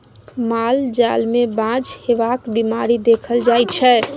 माल जाल मे बाँझ हेबाक बीमारी देखल जाइ छै